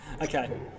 Okay